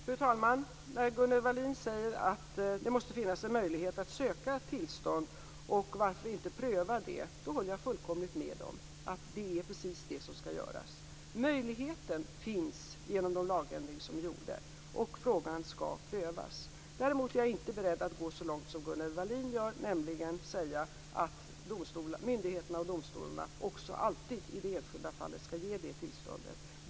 Fru talman! När Gunnel Wallin säger att det måste finnas en möjlighet att söka tillstånd och varför inte pröva det, håller jag fullkomligt med. Det är precis det som skall göras. Möjligheten finns genom den lagändring som vi gjorde, och frågan skall prövas. Däremot är jag inte beredd att gå så långt som Gunnel Wallin gör, nämligen att säga att myndigheterna och domstolarna också alltid i det enskilda fallet skall ge det tillståndet.